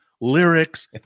lyrics